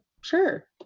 sure